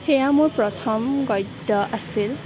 সেয়া মোৰ প্ৰথম গদ্য আছিল